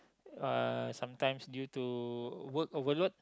uh sometimes due to work overload